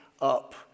up